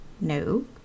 No